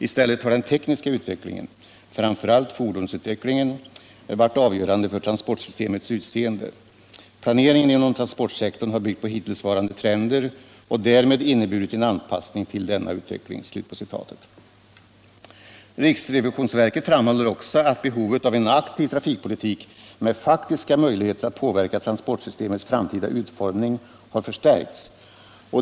I stället har den tekniska utvecklingen — framför allt fordonsutvecklingen — varit avgörande för transportsystemets utseende. Planeringen inom transportsektorn har byggt på hittillsvarande trender och därmed inneburit en anpassning till denna utveckling.” Riksrevisionsverket framhåller också att behovet av en aktiv trafikpolitik med faktiska möjligheter att påverka transportsystemets framtida utformning har förstärkts.